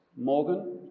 Morgan